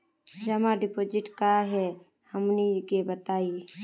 जमा डिपोजिट का हे हमनी के बताई?